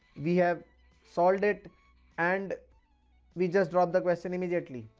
we have solved it and we just drop the question immediately.